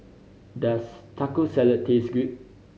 does Taco Salad taste good